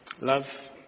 Love